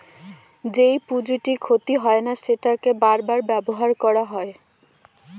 যেই পুঁজিটি ক্ষতি হয় না সেটাকে বার বার ব্যবহার করা হয়